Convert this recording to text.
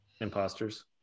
Imposters